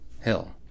Hill